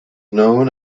known